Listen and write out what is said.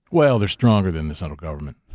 well, they're stronger than the central government.